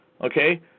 okay